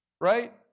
Right